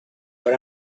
but